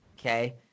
Okay